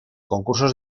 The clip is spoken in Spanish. concursos